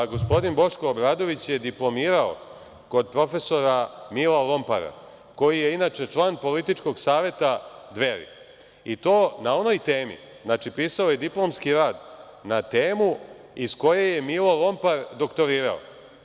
Gospodin Boško Obradović je diplomirao kod profesora Mila Lompara koji je inače član Političkog saveta Dveri i to na onaj temi, znači, pisao je diplomski rad na temu iz koje je Milo Lompra doktorirao.